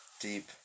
deep